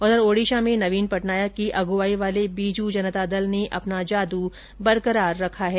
उधर ओडिशा में नवीन पटनायक की अगुवाई वाले बीजू जनता दल ने अपना जादू बरकरार रखा है